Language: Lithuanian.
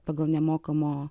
pagal nemokamo